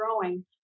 growing